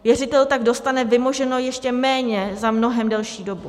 Věřitel tak dostane vymoženo ještě méně za mnohem delší dobu.